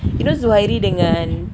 you know zuhairi dengan